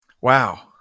Wow